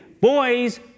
Boys